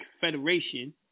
Confederation